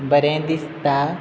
बरें दिसता